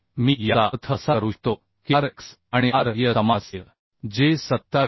तर मी याचा अर्थ असा करू शकतो की R x आणि R y समान असतील जे 27